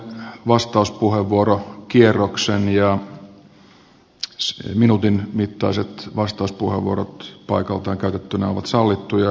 otamme vastauspuheenvuorokierroksen ja minuutin mittaiset vastauspuheenvuorot paikaltaan käytettynä ovat sallittuja